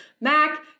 Mac